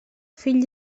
fill